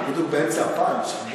בדיוק באמצע הפאנץ'?